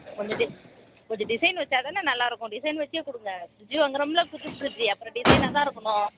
கொஞ்சம் டி கொஞ்சம் டிசைன் வைச்சா தானே நல்லாயிருக்கும் டிசைன் வைச்சே கொடுங்க ஃப்ரிட்ஜ்ஜு வாங்குகிறோம்ல புது ஃப்ரிட்ஜ்ஜி அப்புறம் டிசைனாக தான் இருக்கணும்